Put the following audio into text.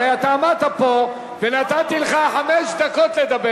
הרי אתה עמדת פה ונתתי לך חמש דקות לדבר,